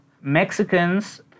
Mexicans